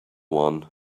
one